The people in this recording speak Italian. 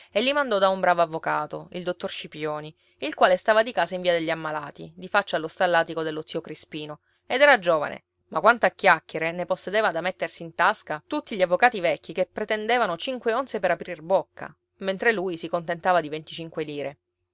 e li mandò da un bravo avvocato il dottor scipioni il quale stava di casa in via degli ammalati di faccia allo stallatico dello zio crispino ed era giovane ma quanto a chiacchiere ne possedeva da mettersi in tasca tutti gli avvocati vecchi che pretendevano cinque onze per aprir la bocca mentre lui si contentava di venticinque lire